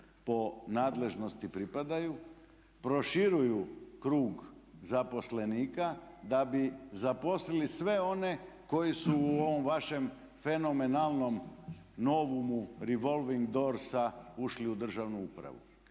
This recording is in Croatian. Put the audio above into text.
po nadležnosti pripadaju, proširuju krug zaposlenika da bi zaposlili sve one koji su u ovom vašem fenomenalnom novumu revolving dorsa ušli u državnu upravu.